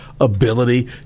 ability